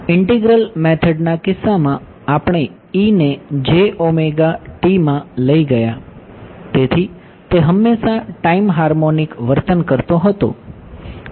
integral મેથડના કિસ્સામાં આપણે e ને j ઓમેગા t માં લઈ ગયા તેથી તે હંમેશા ટાઈમ હાર્મોનિક વર્તન કરતો હતો